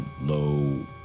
Low